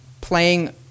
playing